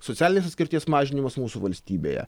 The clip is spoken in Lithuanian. socialinės atskirties mažinimas mūsų valstybėje